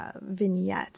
vignette